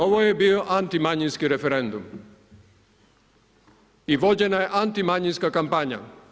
Ovo je bio antimmanjinski referendum i vođenja je anti manjinska kampanja.